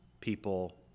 people